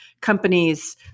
companies